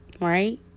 right